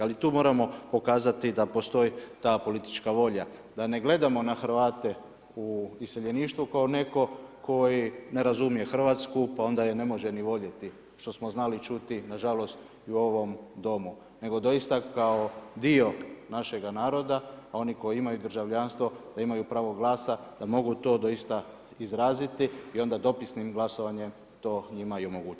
Ali tu moramo pokazati da postoji ta politička volja, da ne gledamo na Hrvate u iseljeništvu kao netko koji ne razumije Hrvatsku pa onda je ne može ni voljeti, što smo znali čuti nažalost i u ovom Domu, nego doista kao dio našega naroda, oni koji imaju državljanstvo da imaju pravo glasa, da mogu to doista izraziti i onda dopisnim glasovanjem to njima i omogućiti.